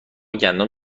گندم